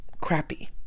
crappy